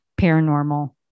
paranormal